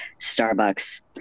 Starbucks